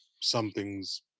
something's